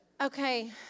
okay